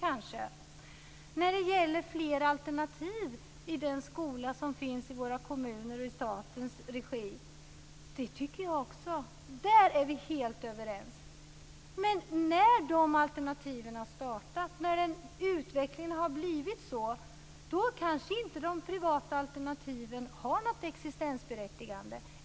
Jag tycker också att det skall finnas fler alternativ i den skola som finns i våra kommuner och i statens regi. Där är vi helt överens. Men när de alternativen har startat - när utvecklingen har gjort att det har blivit så - har de privata alternativen kanske inget existensberättigande.